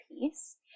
piece